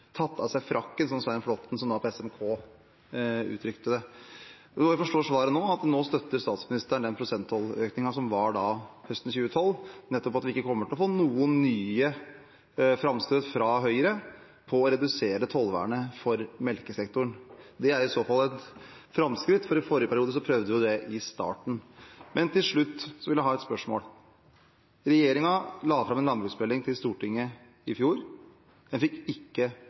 tatt av seg frakken, som Svein Flåtten ved SMK uttrykte det. Jeg forstår av svaret at nå støtter statsministeren den prosenttolløkningen som var høsten 2012, at vi nettopp ikke kommer til å få noen nye framstøt fra Høyre for å redusere tollvernet for melkesektoren. Det er i så fall et framskritt, for i forrige periode prøvde en det i starten. Til slutt har jeg et spørsmål: Regjeringen la fram en landbruksmelding for Stortinget i fjor. Den fikk ikke